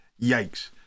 Yikes